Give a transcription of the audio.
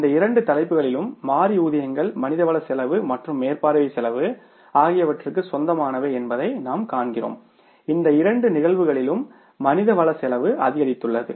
இந்த இரண்டு தலைப்புகளிலும் மாறி ஊதியங்கள் மனிதவள செலவு மற்றும் மேற்பார்வை செலவு ஆகியவற்றுக்கு சொந்தமானவை என்பதை நாம் காண்கிறோம் இந்த இரண்டு நிகழ்வுகளிலும் மனிதவள செலவு அதிகரித்துள்ளது